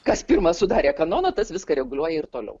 kas pirmas sudarė kanoną tas viską reguliuoja ir toliau